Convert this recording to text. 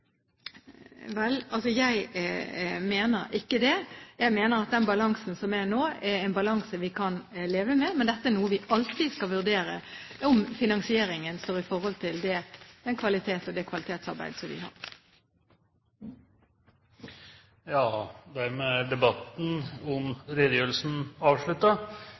Jeg mener at den balansen som er nå, er en balanse vi kan leve med. Men vi skal alltid vurdere om finansieringen står i forhold til den kvaliteten vi har, og det kvalitetsarbeidet som er. Dermed er debatten om redegjørelsen